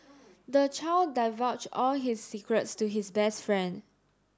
the child divulged all his secrets to his best friend